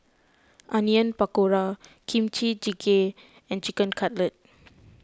Onion Pakora Kimchi Jjigae and Chicken Cutlet